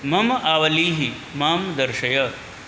मम आवलीः मां दर्शय